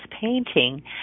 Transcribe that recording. painting